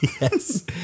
Yes